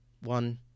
One